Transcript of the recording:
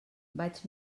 vaig